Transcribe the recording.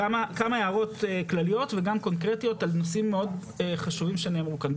כמה הערות כלליות וגם קונקרטיות על נושאים מאוד חשובים שנאמרו כאן.